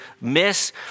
miss